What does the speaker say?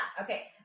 Okay